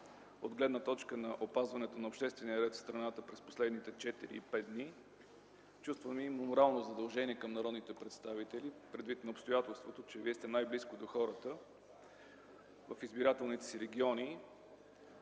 от гледна точка на опазването на обществения ред в страната през последните 4-5 дни, чувствам и морално задължение към народните представители, предвид обстоятелството, че вие сте най-близко до хората в избирателните си региони.